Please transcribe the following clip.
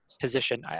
Position